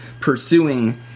pursuing